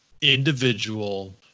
individual